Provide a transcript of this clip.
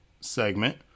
segment